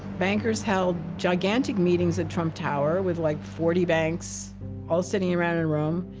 bankers held gigantic meetings at trump tower with, like, forty banks all sitting around in a room,